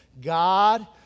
God